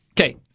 Okay